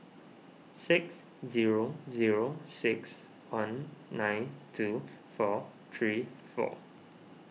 six zero zero six one nine two four three four